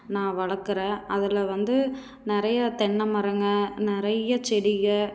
நான் வளர்க்குறன் அதில் வந்து நிறையா தென்னமரங்கள் நிறைய செடிகள்